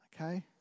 Okay